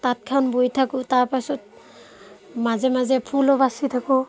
তাঁতখন বই থাকো তাৰ পাছত মাজে মাজে ফুলো বাচি থাকোঁ